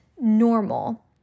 normal